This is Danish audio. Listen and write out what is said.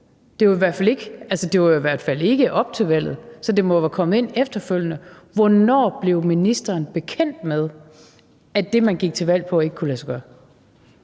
Det var i hvert fald ikke op til valget, så de må være kommet ind efterfølgende. Hvornår blev ministeren bekendt med, at det, man gik til valg på, ikke kunne lade sig gøre?